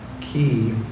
key